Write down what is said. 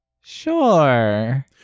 Sure